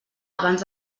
abans